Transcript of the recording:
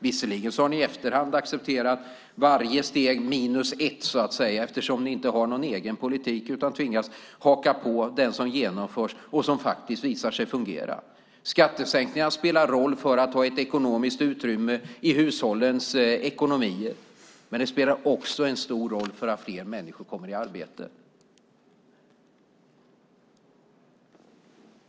Visserligen har ni i efterhand accepterat varje steg minus ett, eftersom ni inte har någon egen politik utan tvingas haka på den som genomförs och som faktiskt visar sig fungera. Skattesänkningarna spelar roll för att få ett ekonomiskt utrymme i hushållens ekonomier, men de spelar också stor roll för att fler människor kommer i arbete.